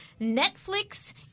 Netflix